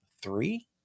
three